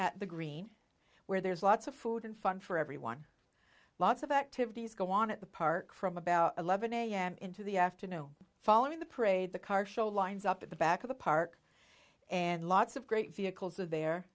at the green where there's lots of food and fun for everyone lots of activities go on at the park from about eleven am into the afternoon following the parade the car show lines up at the back of the park and lots of great vehicles of the